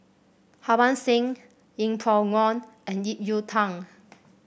Harbans Singh Yeng Pway Ngon and Ip Yiu Tung